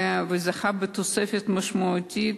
והוא זכה לתוספת משמעותית.